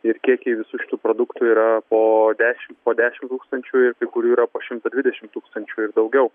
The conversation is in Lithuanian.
ir kiekiai visų šitų produktų yra po dešimt po dešimt tūkstančių ir kai kurių yra po šimtą dvidešimt tūkstančių ir daugiau